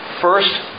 First